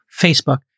Facebook